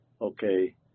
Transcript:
okay